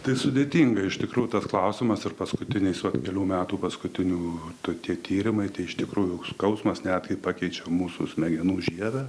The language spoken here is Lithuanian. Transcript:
tai sudėtinga iš tikrųjų tas klausimas ir paskutiniai su kelių metų paskutinių to tie tyrimai tai iš tikrųjų skausmas netgi pakeičia mūsų smegenų žievę